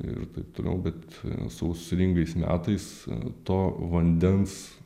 ir taip toliau bet sausringais metais to vandens